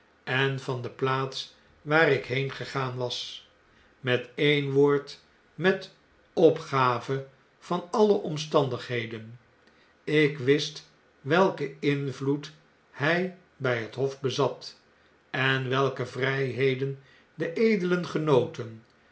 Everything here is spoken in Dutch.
en van de plaats waar ik heengegaan was met een woord met opgave van alle omstandigheden ik wist welken invloed hg by het hof bezat en welke vrjjheden de edelen genoten